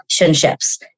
relationships